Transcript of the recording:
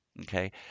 okay